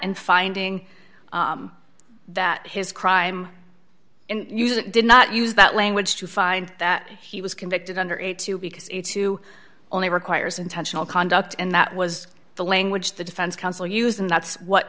and finding that his crime did not use that language to find that he was convicted under it too because it too only requires intentional conduct and that was the language the defense counsel used and that's what